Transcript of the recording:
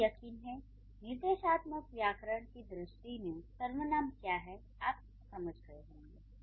मुझे यकीन है निर्देशात्मक व्याकरण की दृष्टि में सर्वनाम क्या है आप समझ गए होंगे